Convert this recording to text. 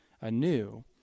anew